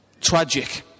tragic